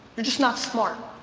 they're just not smart.